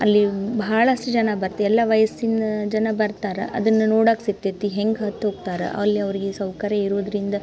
ಅಲ್ಲಿ ಭಾಳಷ್ಟು ಜನ ಬರ್ತ ಎಲ್ಲ ವಯಸ್ಸಿನ ಜನ ಬರ್ತಾರೆ ಅದನ್ನು ನೋಡಕ್ಕ ಸಿಕ್ತೈತಿ ಹೆಂಗೆ ಹತ್ತಿ ಹೋಗ್ತಾರೆ ಅಲ್ಲಿ ಅವರಿಗೆ ಸೌಕರ್ಯ ಇರೋದ್ರಿಂದ